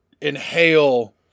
inhale